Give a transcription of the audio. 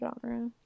genre